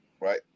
Right